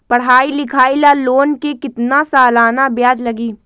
पढाई लिखाई ला लोन के कितना सालाना ब्याज लगी?